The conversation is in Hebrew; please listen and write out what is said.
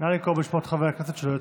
נא לקרוא בשמות חברי הכנסת שלא הצביעו.